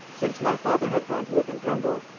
since my father had gone to live in drumble,